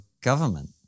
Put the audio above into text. government